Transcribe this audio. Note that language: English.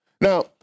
now